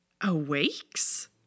awakes